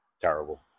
terrible